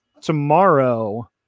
tomorrow